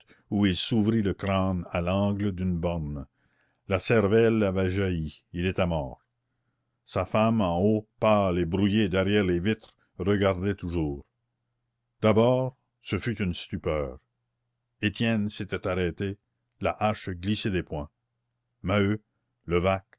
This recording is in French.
où il s'ouvrit le crâne à l'angle d'une borne la cervelle avait jailli il était mort sa femme en haut pâle et brouillée derrière les vitres regardait toujours d'abord ce fut une stupeur étienne s'était arrêté la hache glissée des poings maheu levaque